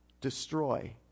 destroy